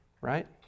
right